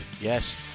Yes